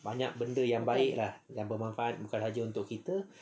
banyak benda yang baik lah bermanfaat bukan sahaja untuk kita